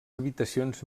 habitacions